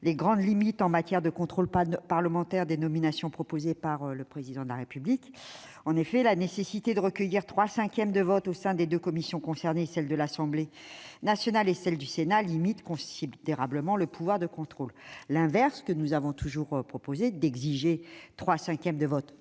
alors les limites du contrôle parlementaire des nominations proposées par le Président de la République. En effet, la nécessité de recueillir trois cinquièmes de votes contre au sein des deux commissions concernées, à l'Assemblée nationale et au Sénat, limite considérablement ce pouvoir de contrôle. Nous avons toujours proposé l'inverse : exiger trois cinquièmes de votes